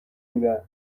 میدن